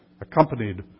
accompanied